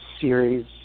series